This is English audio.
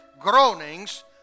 groanings